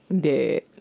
Dead